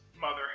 mother